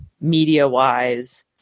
media-wise